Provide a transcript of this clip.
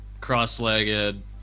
cross-legged